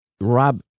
rob